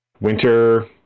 winter –